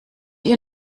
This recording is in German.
ihr